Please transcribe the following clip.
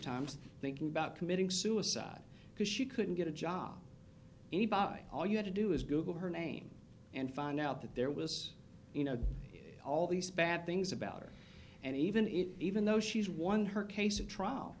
times thinking about committing suicide because she couldn't get a job all you had to do is google her name and find out that there was you know all these bad things about her and even if even though she's won her case at trial